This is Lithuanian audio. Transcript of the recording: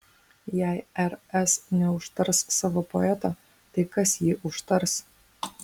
jei rs neužtars savo poeto tai kas jį užtars